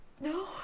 No